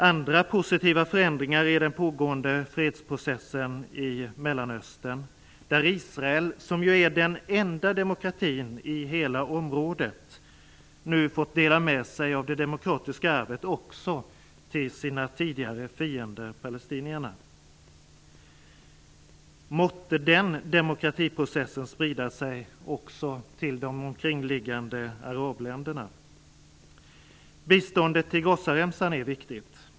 Andra positiva förändringar är den pågående fredsprocessen i Mellanöstern, där Israel, som ju är den enda demokratin i hela området, nu fått dela med sig av det demokratiska arvet också till sina tidigare fiender palestinierna. Måtte den demokratiprocessen sprida sig också till de övriga omkringliggande arabländerna. Biståndet till Gazaremsan är viktigt.